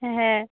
হ্যাঁ